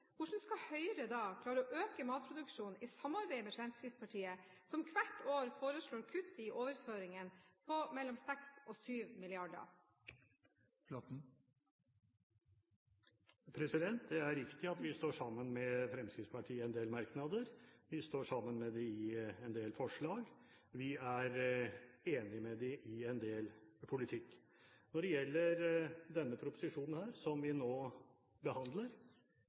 hvordan skal Høyre klare å øke matproduksjonen i samarbeid med Fremskrittspartiet, som hvert år foreslår kutt i overføringene på mellom 6 mrd kr og 7 mrd. kr? Det er riktig at vi står sammen med Fremskrittspartiet i en del merknader, vi står sammen med dem i en del forslag, og vi er enige med dem i en del politikk. Når det gjelder denne proposisjonen som vi nå behandler,